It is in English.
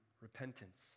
repentance